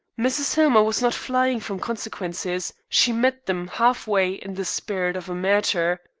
mrs. hillmer was not flying from consequences. she met them half-way in the spirit of a martyr.